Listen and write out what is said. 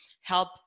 help